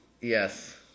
Yes